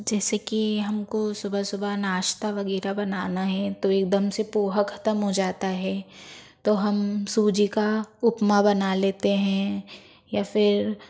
जैसे कि हमको सुबह सुबह नाश्ता वगैरह बनाना है तो एकदम से पोहा खत्म हो जाता है तो हम सूजी का उपमा बना लेते हैं या फिर